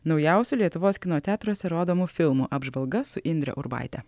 naujausių lietuvos kino teatruose rodomų filmų apžvalga su indre urbaite